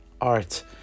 art